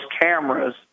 cameras